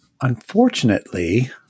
Unfortunately